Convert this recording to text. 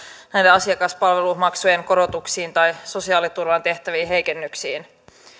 asiakaspalvelumaksujen korotuksiin tai sosiaaliturvaan tehtäviin heikennyksiin